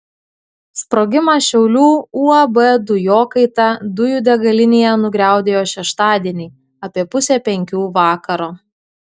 sprogimas šiaulių uab dujokaita dujų degalinėje nugriaudėjo šeštadienį apie pusę penkių vakaro